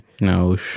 No